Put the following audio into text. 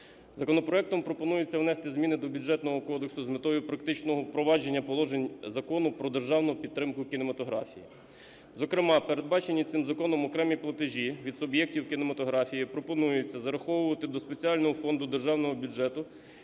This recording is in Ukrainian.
Законопроектом пропонується внести зміни до Бюджетного кодексу з метою практичного впровадження положень Закону про державну підтримку кінематографії, зокрема передбачені цим законом окремі платежі від суб'єктів кінематографії, пропонується зараховувати до спеціального фонду державного бюджету